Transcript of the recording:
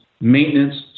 Maintenance